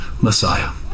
Messiah